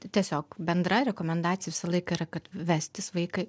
tiesiog bendra rekomendacija visą laiką yra kad vestis vaiką